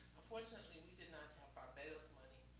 unfortunately, we did not have barbados money.